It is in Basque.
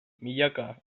milaka